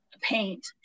paint